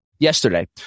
yesterday